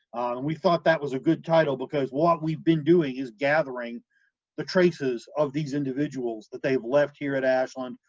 and we thought that was a good title because what we've been doing is gathering the traces of these individuals that they've left here at ashland,